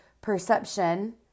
perception